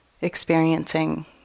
experiencing